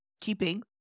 keeping